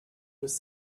was